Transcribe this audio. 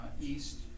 east